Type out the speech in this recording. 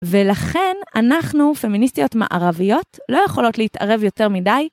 ולכן אנחנו, פמיניסטיות מערביות, לא יכולות להתערב יותר מדי.